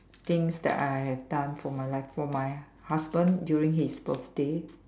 things that I have done for my li~ for my husband during his birthday